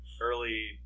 early